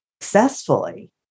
successfully